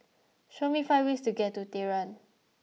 show me five ways to get to Tehran